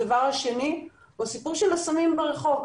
הדבר השני הוא הסיפור של הסמים ברחוב.